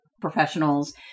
professionals